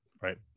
Right